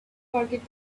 forget